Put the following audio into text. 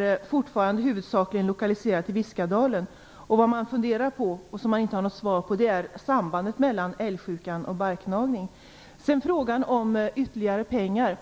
är fortfarande huvudsakligen lokaliserad till Viskadalen. Det man funderat på, men inte har något svar på, är sambandet mellan älgsjukan och barkgnagning. Sedan till frågan om mer pengar.